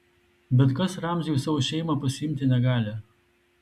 bet kas ramzio į savo šeimą pasiimti negali